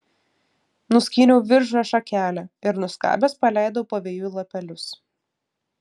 nuskyniau viržio šakelę ir nuskabęs paleidau pavėjui lapelius